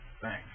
Thanks